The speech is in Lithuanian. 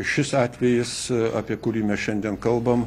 šis atvejis apie kurį mes šiandien kalbam